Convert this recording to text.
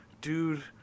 dude